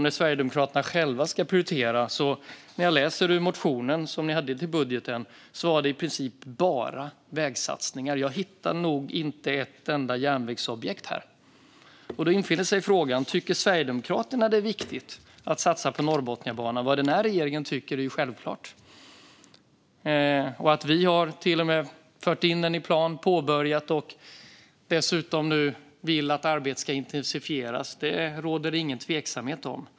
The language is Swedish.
När Sverigedemokraterna själva ska prioritera ser jag i deras budgetmotion att de i princip bara har vägsatsningar. Jag hittar nog inte ett enda järnvägsobjekt där. Då infinner sig frågan: Tycker Sverigedemokraterna att det är viktigt att satsa på Norrbotniabanan? Vad regeringen tycker är självklart. Vi har till och med fört in den i planen, påbörjat den och vill nu dessutom att arbetet ska intensifieras. Det råder det ingen tvekan om.